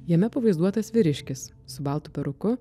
jame pavaizduotas vyriškis su baltu peruku